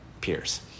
peers